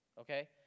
okay